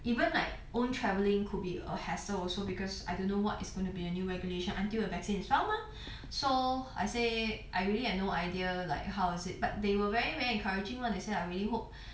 even like own travelling could be a hassle also because I don't know what is going to be a new recognition until a vaccine is found mah so I say I really have no idea like how is it but they were very very encouraging lah they say I really hope